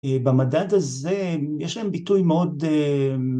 ‫במדד הזה יש להם ביטוי מאוד...